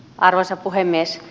arvoisa puhemies